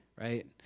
right